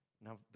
Now